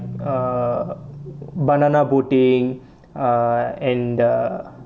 ah banana boating ah and uh